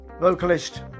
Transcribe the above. vocalist